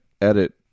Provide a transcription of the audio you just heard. edit